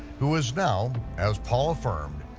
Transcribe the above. who was now, as paul affirmed,